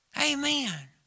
Amen